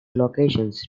locations